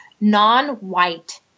non-white